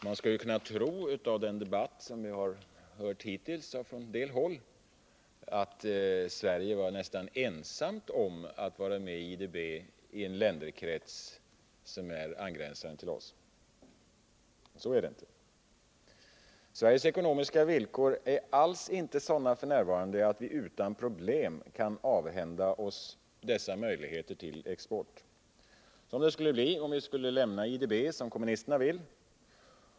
Man skulle av den debatt som vi hittills hört från en del håll kunna tro att Sverige var nästan ensamt i att vara med i IDB i en länderkrets som gränsar till oss. Så är det inte. Sveriges ekonomiska villkor är inte sådana f. n. att vi utan problem kan avhända oss dessa möjligheter till export, vilket vi skulle göra om vi lämnade IDB, som kommunisterna vill.